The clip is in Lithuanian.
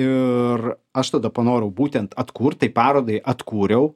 ir aš tada panorau būtent atkurt tai parodai atkūriau